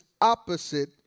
opposite